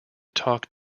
talk